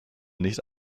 nicht